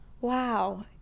wow